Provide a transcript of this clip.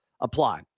apply